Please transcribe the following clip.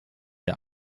der